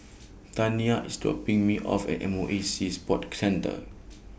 Taniyah IS dropping Me off At M O E Sea Sports Centre